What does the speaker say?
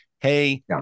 Hey